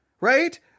right